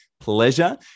pleasure